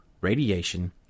radiation